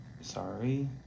sorry